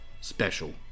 special